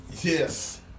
Yes